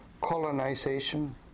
colonization